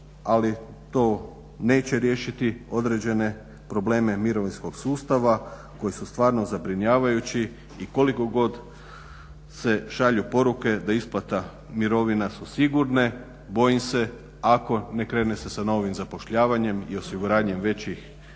ali to neće riješiti određene probleme mirovinskog sustava koji su stvarno zabrinjavajući i koliko god se šalju poruke da isplate mirovina su sigurne bojim se ako ne krene se sa novim zapošljavanjem i osiguranjem više radnih